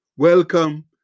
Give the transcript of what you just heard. Welcome